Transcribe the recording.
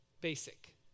basic